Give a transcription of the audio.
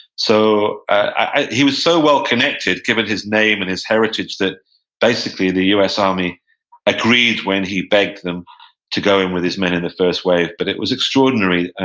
so he was so well-connected, given his name and his heritage, that basically the us army agreed when he begged them to go in with his men in the first wave. but it was extraordinary.